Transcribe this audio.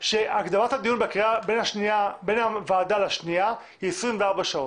הקדמת הדיון בין הוועדה לקריאה השנייה היא 24 שעות.